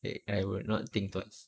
eh I would not think twice